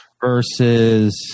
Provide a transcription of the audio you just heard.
versus